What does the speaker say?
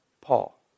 Paul